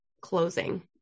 closing